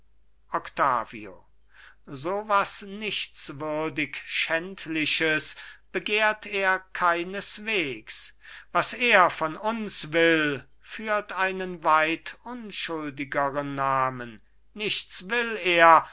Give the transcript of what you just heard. octavio so was nichtswürdig schändliches begehrt er keineswegs was er von uns will führt einen weit unschuldigeren namen nichts will er